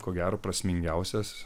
ko gero prasmingiausias